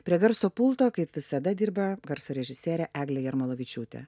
prie garso pulto kaip visada dirba garso režisierė eglė jarmolavičiūtė